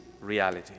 reality